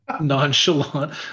nonchalant